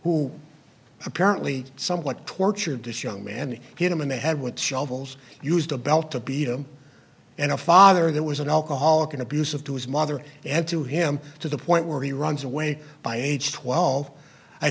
who apparently somewhat tortured this young man him in the head with shovels used a belt to beat him and a father that was an alcoholic and abusive to his mother and to him to the point where he runs away by age twelve i